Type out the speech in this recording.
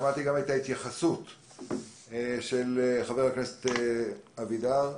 שמעתי גם את ההתייחסות של חבר הכנסת אבידר.